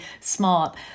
smart